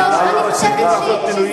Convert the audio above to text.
אני חושבת שזה,